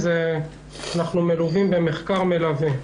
אנחנו מלווים במחקר מלווה.